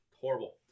Horrible